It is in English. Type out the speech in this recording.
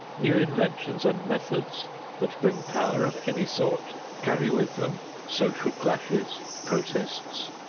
new inventions and methods that bring power of any sort carry with them social clashes, protests,